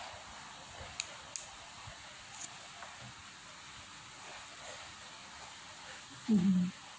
mmhmm